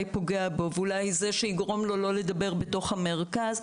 פוגע בו ואולי זה שיגרום לו לא לדבר בתוך המרכז,